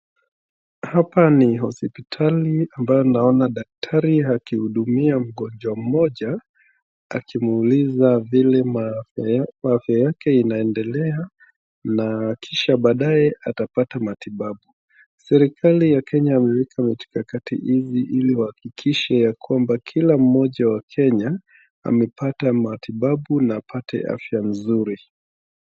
Hapa ni hospitali ambayo naona daktari akihudumia mgonjwa mmoja, akimuuliza vile afya yake inaendelea, na kisha baadaye atapata matibabu. Serikali ya kenya imeweka mikakati hizi ili wahakikishe ya kwamba kila mmoja wa Kenya, amepata matibabu na apate afya nzuri.